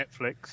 Netflix